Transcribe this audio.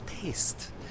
taste